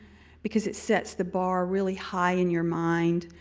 because it sets the bar really high in your mind,